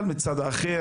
מצד שני,